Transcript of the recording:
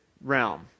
realm